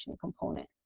component